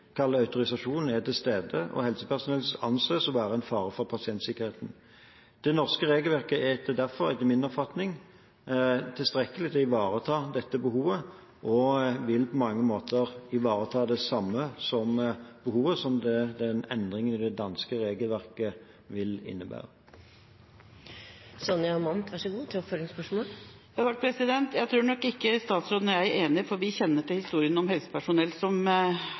er til stede, og helsepersonellet anses å være en fare for pasientsikkerheten. Det norske regelverket er derfor, etter min oppfatning, tilstrekkelig til å ivareta dette behovet og vil på mange måter ivareta det samme behovet som endringen i det danske regelverket vil innebære. Jeg tror nok ikke statsråden og jeg er enige, for vi kjenner til historien om helsepersonell som